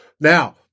Now